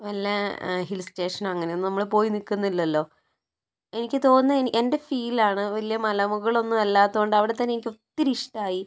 വല്ല ഹിൽ സ്റ്റേഷനോ അങ്ങനെയൊന്നും നമ്മൾ പോയി നിൽക്കുന്നില്ലല്ലോ എനിക്ക് തോന്നുന്നത് എൻ്റെ ഫീലാണ് വലിയ മലമുകളിലൊന്നും അല്ലാത്തോണ്ട് അവിടെത്തന്നെ എനിക്ക് ഒത്തിരി ഇഷ്ടമായി